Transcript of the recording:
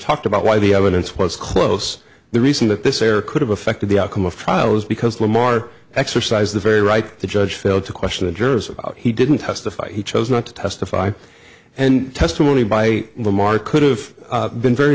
talked about why the evidence was close the reason that this error could have affected the outcome of trial is because lamar exercised the very right to judge failed to question the jurors he didn't testify he chose not to testify and testimony by lamar could've been very